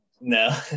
No